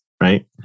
right